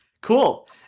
cool